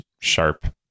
sharp